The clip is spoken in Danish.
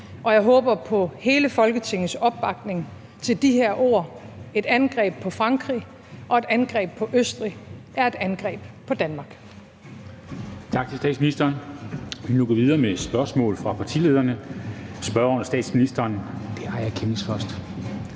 Og jeg håber på hele Folketingets opbakning til de her ord: Et angreb på Frankrig og et angreb på Østrig er et angreb på Danmark.